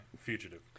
Fugitive